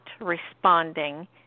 responding